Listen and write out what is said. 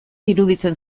iruditzen